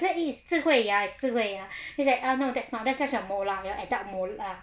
that means is 智慧牙 is 智慧牙 is that ah no that's not that more like molar the adult molar